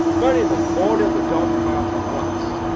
merriman, order the dog-cart at once.